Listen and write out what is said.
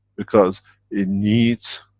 because it needs.